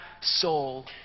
soul